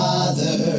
Father